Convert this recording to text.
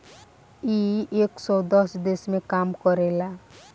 इ एक सौ दस देश मे काम करेला